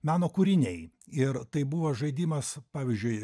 meno kūriniai ir tai buvo žaidimas pavyzdžiui